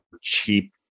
cheap